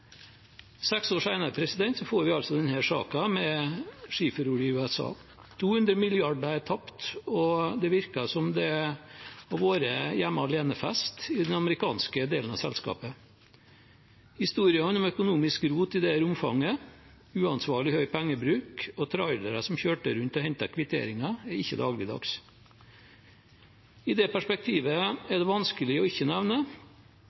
Seks år senere får vi altså denne saken med skiferolje i USA. 200 mrd. kr er tapt, og det virker som om det har vært hjemme-alene-fest i den amerikanske delen av selskapet. Historiene om økonomisk rot i dette omfanget, uansvarlig høy pengebruk og trailere som kjørte rundt og hentet kvitteringer, er ikke dagligdags. I det perspektivet er det vanskelig ikke å nevne